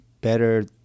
better